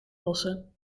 lossen